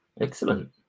Excellent